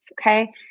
Okay